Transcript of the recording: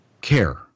care